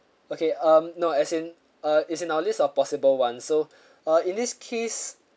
okay um no as in uh it's in our list of possible [one] so uh in this case